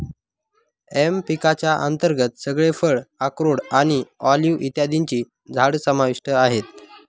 M पिकांच्या अंतर्गत सगळे फळ, अक्रोड आणि ऑलिव्ह इत्यादींची झाडं समाविष्ट आहेत